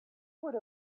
would